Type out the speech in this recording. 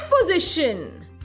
position